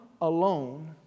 alone